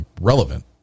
relevant